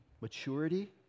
maturity